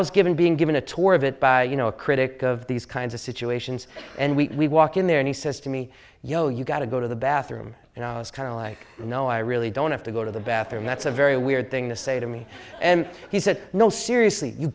was given being given a tour of it by you know a critic of these kinds of situations and we walk in there and he says to me you know you've got to go to the bathroom and i was kind of like no i really don't have to go to the bathroom that's a very weird thing to say to me and he said no seriously you